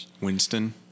Winston